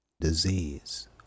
disease